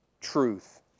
truth